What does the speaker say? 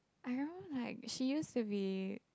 I remember like she used to be